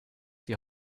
die